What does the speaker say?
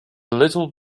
little